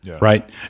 Right